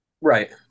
Right